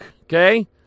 Okay